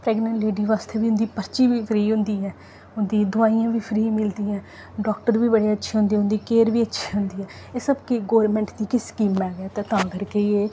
pregnant lady बास्तै बी उं'दी पर्ची बी फ्री होंदी ऐ उं'दी दोआइयां बी फ्री मिलदियां ऐ डाक्टर बी बड़े अच्छे होंदे ऐं उं'दी केयर बी अच्छी होंदी ऐ एह् सब के गौरमैंट दी गै स्कीमां न तां करके गै एह्